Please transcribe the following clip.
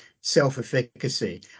self-efficacy